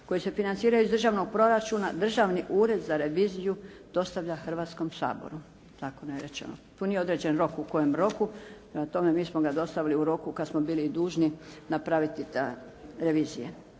koji se financiraju iz državnog proračuna Državni ured za reviziju dostavlja Hrvatskom saboru zakonom je rečeno. Tu nije određen rok u kojem roku, prema tome mi smo ga dostavili u roku kad smo bili i dužni napraviti te revizije.